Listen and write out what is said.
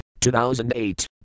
2008